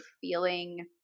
feeling